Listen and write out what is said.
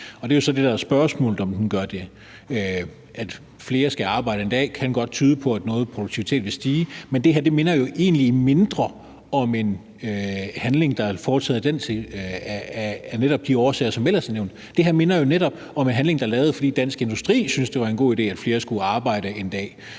det. Og spørgsmålet er så, om den gør det. At flere skal arbejde 1 dag mere, kan godt betyde, at noget produktivitet vil stige. Men det her minder jo egentlig mindre om en handling, der er foretaget af netop de årsager, som ellers er nævnt. Det her minder jo netop om en handling, der er lavet, fordi Dansk Industri syntes, det var en god idé, at flere skulle arbejde 1 dag